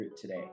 today